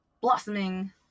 blossoming